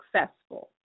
successful